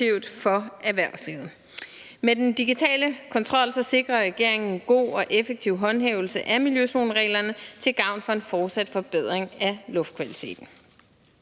Med den digitale kontrol sikrer regeringen en god og effektiv håndhævelse af miljøzonereglerne til gavn for en fortsat forbedring af luftkvaliteten.